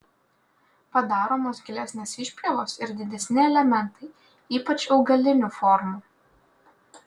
padaromos gilesnės išpjovos ir didesni elementai ypač augalinių formų